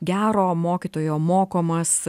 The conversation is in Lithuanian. gero mokytojo mokomas